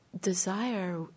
desire